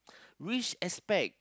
which aspect